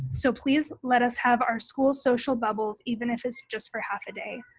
so please let us have our school social bubbles, even if it's just for half a day.